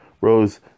rose